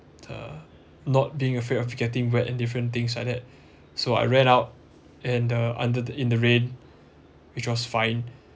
uh not being afraid of getting wet and different things like that so I ran out and the under the in the rain which was fine